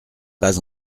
pas